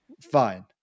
fine